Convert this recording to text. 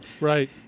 Right